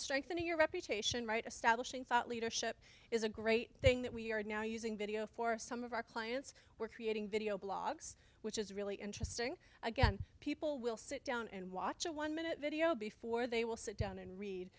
strengthening your reputation right establishing thought leadership is a great thing that we are now using video for some of our clients we're creating video blogs which is really interesting again people will sit down and watch a one minute video before they will sit down and read